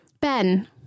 Ben